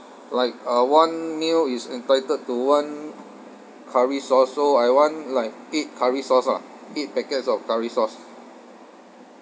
like uh one meal is entitled to one curry sauce so I want like eight curry sauce ah eight packets of curry sauce